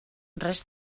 res